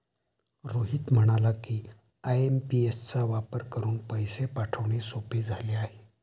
रोहित म्हणाला की, आय.एम.पी.एस चा वापर करून पैसे पाठवणे सोपे झाले आहे